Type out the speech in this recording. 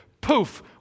Poof